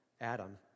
Adam